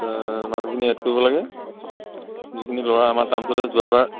মানুহখিনি এড কৰিব লাগে যিখিনি ল'ৰা আমাৰ ট্ৰৰ্মচতে যোৱাবাৰ